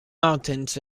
mountains